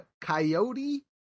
coyote